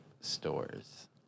stores